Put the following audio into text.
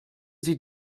sie